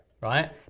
right